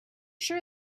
sure